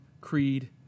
creed